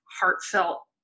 heartfelt